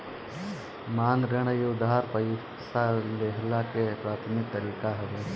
मांग ऋण इ उधार पईसा लेहला के प्राथमिक तरीका हवे